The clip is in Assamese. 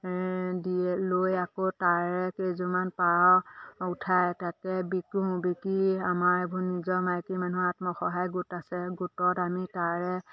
দিয়ে লৈ আকৌ তাৰে কেইযোৰমান পাৰ উঠায় তাকে বিকোঁ বিকি আমাৰ এইবোৰ নিজৰ মাইকী মানুহৰ আত্মসহায়ক গোট আছে গোটত আমি তাৰে